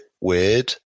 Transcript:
weird